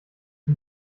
sie